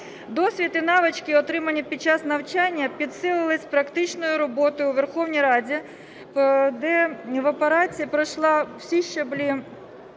Досвід і навички, отримані під час навчання, підсилились практичною роботою у Верховній Раді, де в Апараті пройшла всі щаблі